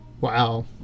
Wow